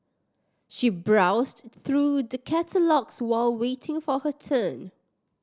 she browsed through the catalogues while waiting for her turn